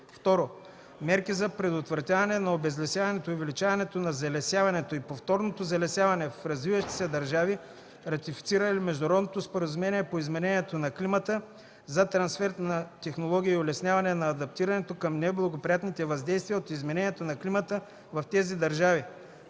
2. мерки за предотвратяване на обезлесяването и увеличаване на залесяването и повторното залесяване в развиващи се държави, ратифицирали международното споразумение по изменение на климата, за трансфер на технологии и улесняване на адаптирането към неблагоприятните въздействия от изменението на климата в тези държави;